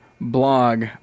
blog